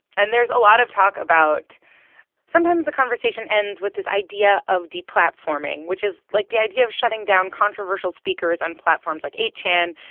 and there's a lot of talk about sometimes the conversation ends with this idea of deplatforming, which is like the idea of shutting down controversial speakers on platforms like eight chan.